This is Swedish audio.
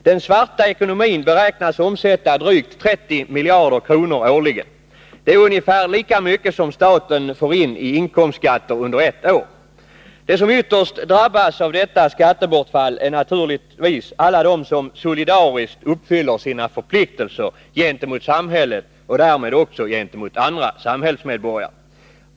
Den ”svarta ekonomin” beräknas omsätta drygt 30 miljarder kronor årligen. Det är ungefär lika mycket som staten får in i inkomstskatter under ett år. De som ytterst drabbas av detta skattebortfall är naturligtvis alla de som solidariskt uppfyller sina förpliktelser gentemot samhället och därmed också gentemot andra samhällsmedborgare.